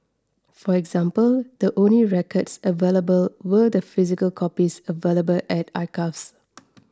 for example the only records available were the physical copies available at archives